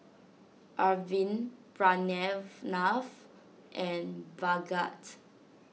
Arvind Pranav and Bhagat